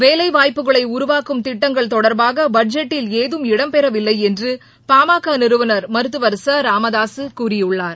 வேலை வாய்ப்புகளை உருவாக்கும் திட்டங்கள் தொடா்பாக பட்ஜெட்டில் ஏதும் இடம்பெறவில்லை என்று பாமக நிறுவனர் மருத்துவர் ச ராமதாசு கூறியுள்ளார்